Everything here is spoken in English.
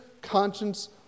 conscience